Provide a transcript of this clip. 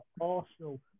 Arsenal